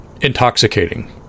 intoxicating